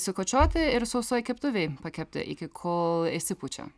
sukočioti ir sausoj keptuvėj pakepti iki kol išsipučia